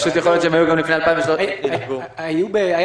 פשוט יכול להיות שהם היו גם לפני 2013. היו ב-2009.